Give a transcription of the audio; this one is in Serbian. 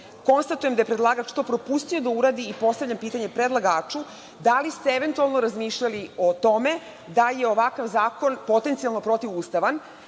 dejstvo. Konstatujem da je predlagač to propustio da uradi i postavljam pitanje predlagaču – da li ste eventualno razmišljali o tome da je ovaj zakon potencijalno protivustavan